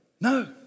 No